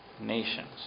nations